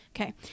okay